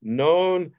known